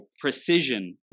precision